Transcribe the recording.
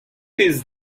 his